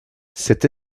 cette